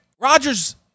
Rodgers